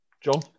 John